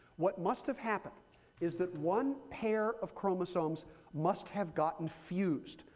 what must have happened is that one pair of chromosomes must have gotten fused.